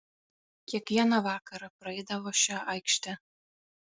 kiekvieną vakarą praeidavo šia aikšte